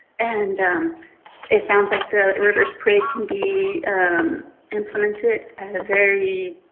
and it sounds like the reverse parade can be implemented at a very,